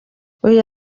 uyu